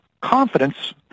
confidence